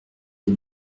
des